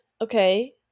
Okay